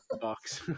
box